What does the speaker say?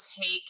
take